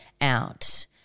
Out